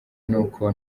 n’uko